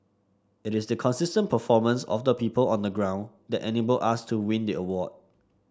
it is the consistent performance of the people on the ground that enabled us to win the award